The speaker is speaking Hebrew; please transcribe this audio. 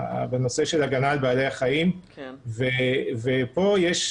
בנושא של הגנה על בעלי החיים ופה יש,